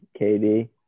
KD